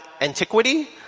antiquity